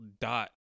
dot